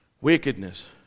wickedness